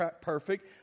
perfect